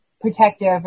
Protective